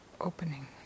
opening